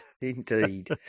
Indeed